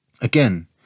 Again